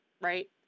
Right